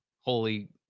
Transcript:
holy